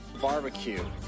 barbecue